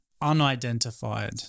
unidentified